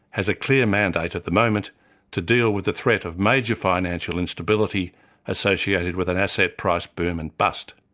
has a clear mandate at the moment to deal with the threat of major financial instability associated with an asset price boom and bust.